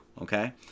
okay